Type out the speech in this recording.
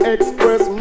Express